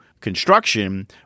construction